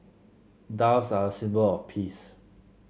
doves are a symbol of peace